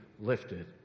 lifted